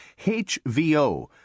HVO